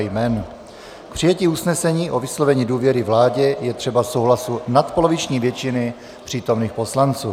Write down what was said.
K přijetí usnesení o vyslovení důvěry vládě je třeba k souhlasu nadpoloviční většina přítomných poslanců.